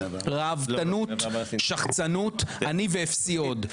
רהבתנות, שחצנות, אני ואפסי עוד.